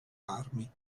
armi